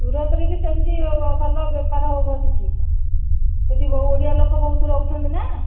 ସୁରତ ରେ ବି ସେମିତି ଭଲ ବେପାର ହେବ ସେଠି ସେଠି ବହୁ ଓଡ଼ିଆ ଲୋକ ବହୁତ ରହୁଛନ୍ତି ନା